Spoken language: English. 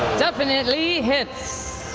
definitely hits.